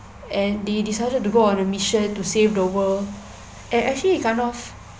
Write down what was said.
and they decided to go on a mission to save the world and actually it kind of